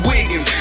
Wiggins